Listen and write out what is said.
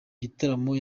gitaramo